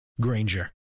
Granger